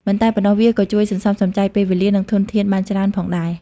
មិនតែប៉ុណ្ណោះ វាក៏ជួយសន្សំសំចៃពេលវេលា និងធនធានបានច្រើនផងដែរ។